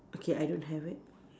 okay I don't have it